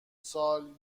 سال